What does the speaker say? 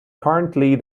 currently